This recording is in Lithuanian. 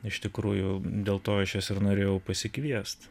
iš tikrųjų dėl to aš jas ir norėjau pasikviest